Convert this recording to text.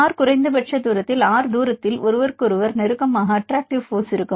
R குறைந்தபட்ச தூரத்தில்R தூரத்தில் ஒருவருக்கொருவர் நெருக்கமாக அட்டராக்ட்டிவ் போர்ஸ் இருக்கும்